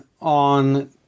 on